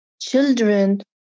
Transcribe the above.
children